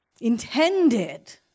intended